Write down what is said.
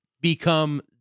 become